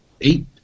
eight